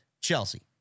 Chelsea